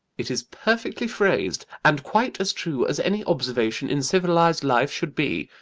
it is perfectly phrased! and quite as true as any observation in civilised life should be.